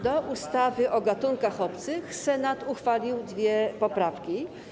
Do ustawy o gatunkach obcych Senat uchwalił dwie poprawki.